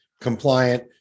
compliant